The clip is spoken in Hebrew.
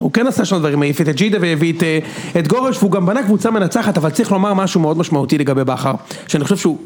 הוא כן עשה שם דברים, העיף את אג'ידה והביא את גורש, והוא גם בנה קבוצה מנצחת, אבל צריך לומר משהו מאוד משמעותי לגבי בכר, שאני חושב שהוא...